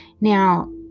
Now